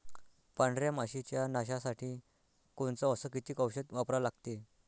पांढऱ्या माशी च्या नाशा साठी कोनचं अस किती औषध वापरा लागते?